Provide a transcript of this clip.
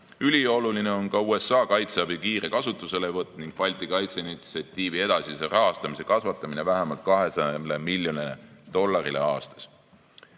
Ülioluline on ka USA kaitseabi kiire kasutuselevõtt ning Balti kaitseinitsiatiivi edasise rahastamise kasvatamine vähemalt 200 miljonile dollarile